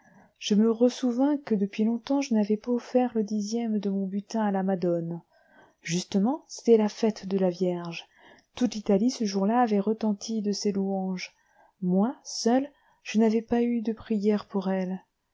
je me ressouvins que depuis longtemps je n'avais pas offert le dixième de mon butin à la madone justement c'était la fête de la vierge toute l'italie ce jour-là avait retenti de ses louanges moi seul je n'avais pas eu de prière pour elle